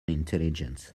intelligence